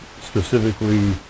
specifically